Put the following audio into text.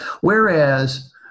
Whereas